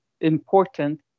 important